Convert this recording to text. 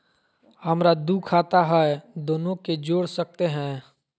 हमरा दू खाता हय, दोनो के जोड़ सकते है?